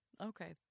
okay